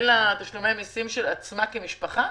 אין לה תשלומי מיסים של עצמה כמשפחה?